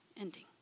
ending